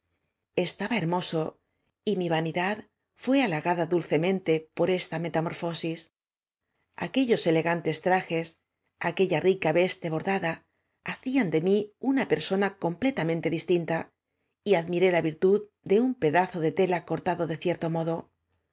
estaba hermoso y mi vanidad íué halagada dulcemente por esta metamorfosis aquellos elegantes trajes aque lla rica veste bordada hacían de m í una persona completamente distinta y admiré ia virtud de uq pedazo de tela cortado de cierto modo